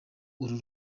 uru